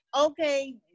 okay